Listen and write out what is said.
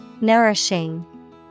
Nourishing